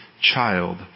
child